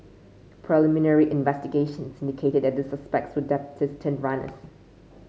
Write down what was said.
preliminary investigations indicated that the suspects were debtors turned runners